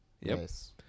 yes